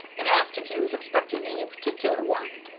and asked if he was expecting any particular one.